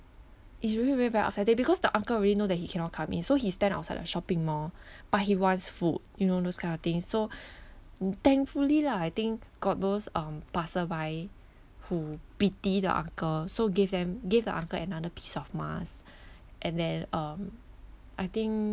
it's really very very upsetting because the uncle already know that he cannot come in so he stand outside the shopping mall but he wants food you know those kind of things so thankfully lah I think got those um passer by who pity the uncle so gave them gave the uncle another piece of mask and then um I think